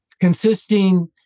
consisting